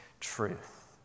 truth